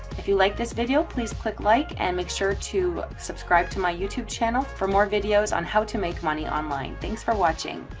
if you liked this video, please click like and make sure to subscribe to my youtube channel for more videos on how to make money online. thanks for watching.